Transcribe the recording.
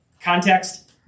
Context